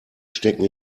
stecken